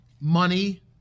money